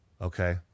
Okay